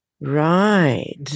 Right